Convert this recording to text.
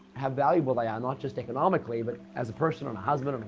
how valuable they are, not just economically, but as a person, and a husband,